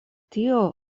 tio